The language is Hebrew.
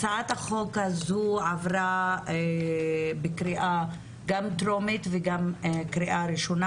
הצעת החוק הזו עברה בקריאה גם טרומית וגם קריאה ראשונה